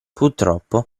purtroppo